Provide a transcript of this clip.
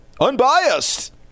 unbiased